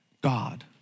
God